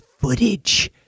footage